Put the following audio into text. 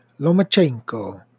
Lomachenko